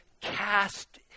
cast